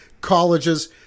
colleges